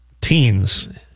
teens